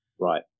Right